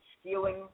stealing